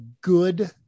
good